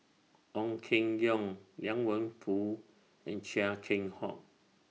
Ong Keng Yong Liang Wenfu and Chia Keng Hock